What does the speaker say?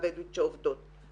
אני יודעת אותה בעל פה, תאמיני לי.